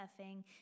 surfing